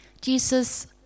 Jesus